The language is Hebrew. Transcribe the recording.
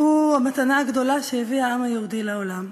הוא המתנה הגדולה שהביא העם היהודי לעולם.